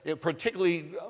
particularly